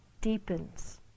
deepens